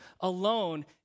alone